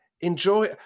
enjoy